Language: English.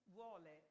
vuole